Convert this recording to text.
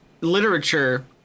literature